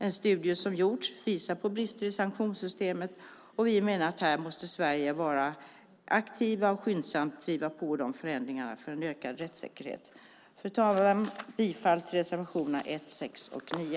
En studie som gjorts visar på brister i sanktionssystemet. Vi menar att Sverige här måste vara aktivt och skyndsamt driva på förändringar för en ökad rättssäkerhet. Fru talman! Jag yrkar bifall till reservationerna 1, 6 och 9.